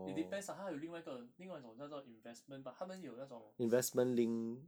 it depends lah 他还有另外一个另外一种叫做 investment but 他们有那种